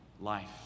life